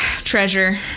Treasure